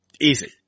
Easy